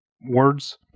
words